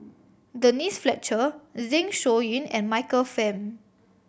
Denise Fletcher Zeng Shouyin and Michael Fam